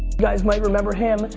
guys might remember him.